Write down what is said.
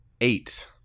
eight